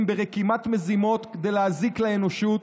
ברקימת מזימות כדי להזיק לאנושות,